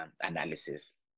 analysis